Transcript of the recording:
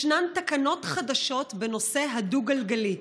ישנן תקנות חדשות בנושא הדו-גלגלי,